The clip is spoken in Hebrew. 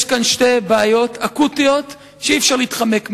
יש כאן שתי בעיות אקוטיות שאי-אפשר להתחמק מהן.